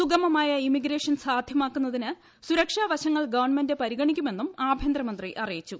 സുഗമമായ ഇമിഗ്രേഷൻ സാധ്യമാക്കുന്നതിന് സുരക്ഷാവശങ്ങൾ ഗവൺമെന്റ് പരിഗണിക്കുമെന്നും ആഭ്യന്തരമന്ത്രി അറിയിച്ചു